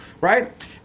right